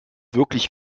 wirklich